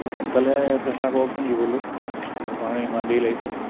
সোনকালে চেষ্টা কৰকচোন দিবলৈ কিহৰ কাৰণে ইমান দেৰি লাগিছে